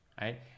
right